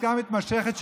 עסקה מתמשכת,